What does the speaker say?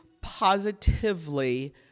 positively